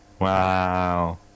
Wow